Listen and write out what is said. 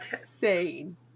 insane